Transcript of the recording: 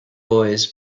boys